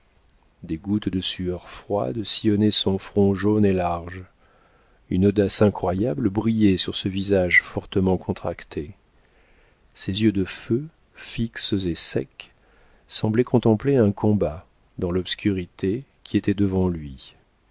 des gouttes de sueur froide sillonnaient son front jaune et large une audace incroyable brillait sur ce visage fortement contracté ses yeux de feu fixes et secs semblaient contempler un combat dans l'obscurité qui était devant lui